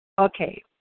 Okay